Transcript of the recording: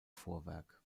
vorwerk